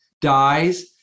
dies